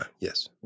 yes